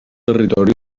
territori